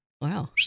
Wow